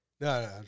no